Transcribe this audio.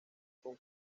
con